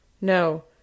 No